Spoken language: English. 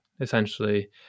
essentially